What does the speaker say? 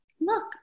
Look